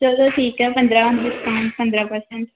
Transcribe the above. ਚਲੋ ਠੀਕ ਆ ਪੰਦਰਾਂ ਹਾਂ ਪੰਦਰਾਂ ਪ੍ਰਸੈਂਟ